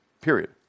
Period